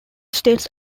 states